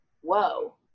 whoa